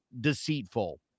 deceitful